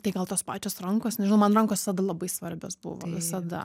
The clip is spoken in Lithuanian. tai gal tos pačios rankos nežinau man rankos visada labai svarbios buvo visada